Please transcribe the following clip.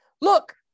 look